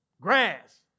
Grass